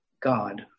God